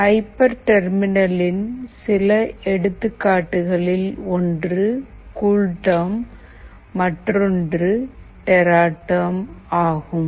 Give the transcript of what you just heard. ஹைபர்டர்மினலின் சில எடுத்துக்காட்டுகளில் ஒன்று கூல்டெர்ம் மற்றொன்று டெராடெர்ம் ஆகும்